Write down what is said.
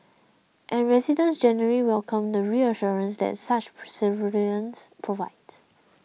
and residents generally welcome the reassurance that such per surveillance provides